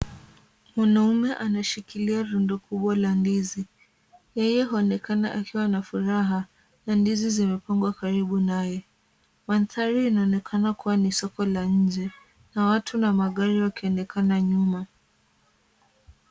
Mwanaume anashikilia rundo kubwa la ndizi. Yeye huonekana akiwa na furaha na ndizi zimepangwa karibu naye. Mandhari inaonekana kuwa ni soko la nje na watu na magari wakionekana nyuma.